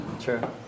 Sure